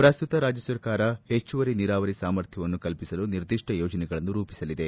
ಪ್ರಸ್ತುತ ರಾಜ್ಯ ಸರ್ಕಾರ ಹೆಚ್ಚುವರಿ ನೀರಾವರಿ ಸಾಮರ್ಥ್ಯವನ್ನು ಕಲ್ಪಿಸಲು ನಿರ್ದಿಷ್ಟ ಯೋಜನೆಯನ್ನು ರೂಪಿಸಲಿದೆ